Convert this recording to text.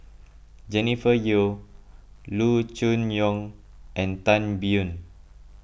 Jennifer Yeo Loo Choon Yong and Tan Biyun